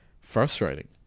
frustrating